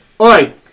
Oi